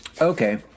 Okay